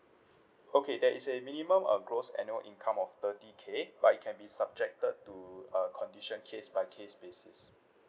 okay there is a minimum uh gross income of thirty K but it can be subjected to err condition case by case basis